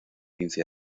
quince